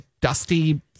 dusty